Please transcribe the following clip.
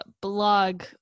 blog